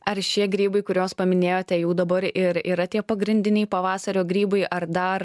ar šie grybai kuriuos paminėjote jau dabar ir yra tie pagrindiniai pavasario grybai ar dar